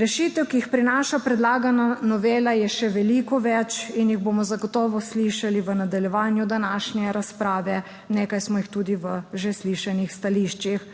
Rešitev, ki jih prinaša predlagana novela, je še veliko več in jih bomo zagotovo slišali v nadaljevanju današnje razprave, nekaj smo jih tudi v že slišanih stališčih.